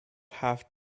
have